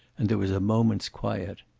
and there was a moment's quiet.